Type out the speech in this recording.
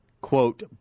quote